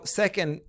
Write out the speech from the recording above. second